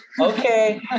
Okay